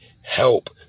help